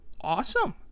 Awesome